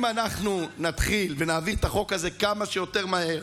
אם אנחנו נתחיל ונעביר את החוק הזה כמה שיותר מהר,